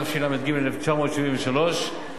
התשל"ג 1973,